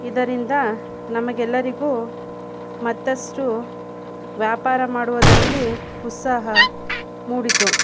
ಇದರಿಂದ ನಮಗೆಲ್ಲರಿಗೂ ಮತ್ತಷ್ಟು ವ್ಯಾಪಾರ ಮಾಡುವುದರಲ್ಲಿ ಉತ್ಸಾಹ ಮೂಡಿತು